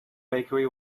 bakery